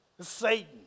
Satan